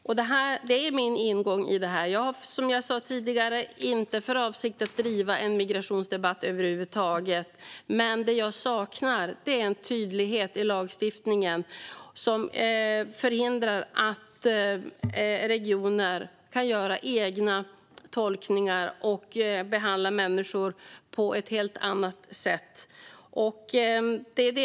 Precis som jag har sagt tidigare har jag inte för avsikt att driva en migrationsdebatt, men det jag saknar är en tydlighet i lagstiftningen som förhindrar regioner att göra egna tolkningar och behandla människor på ett helt annat sätt.